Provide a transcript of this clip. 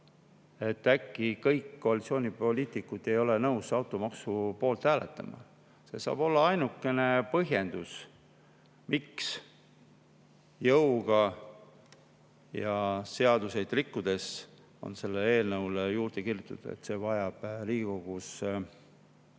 et äkki kõik koalitsioonipoliitikud ei ole nõus automaksu poolt hääletama? See saab olla ainukene põhjendus, miks jõuga ja seadusi rikkudes on selle eelnõu juurde kirjutatud, et see vajab Riigikogus